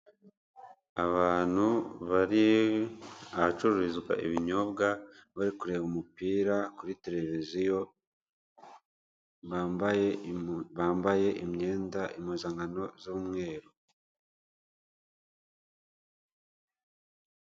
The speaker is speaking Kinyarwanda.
Abantu bari ahacururizwa ibinyobwa, bari kureba umupira kuri tereviziyo, bambaye imyenda impuzankano z'umweru.